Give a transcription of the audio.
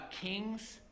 kings